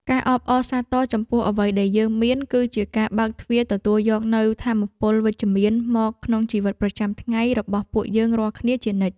ការអបអរសាទរចំពោះអ្វីដែលយើងមានគឺជាការបើកទ្វារទទួលយកនូវថាមពលវិជ្ជមានមកក្នុងជីវិតប្រចាំថ្ងៃរបស់ពួកយើងរាល់គ្នាជានិច្ច។